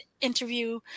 interview